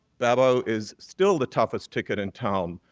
babbo is still the toughest ticket in town,